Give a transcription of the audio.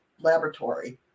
Laboratory